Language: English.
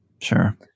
Sure